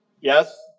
Yes